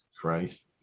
Christ